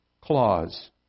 clause